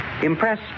Impress